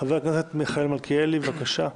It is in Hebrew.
חבר הכנסת מיכאל מלכיאלי, בבקשה.